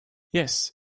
yes